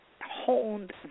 honed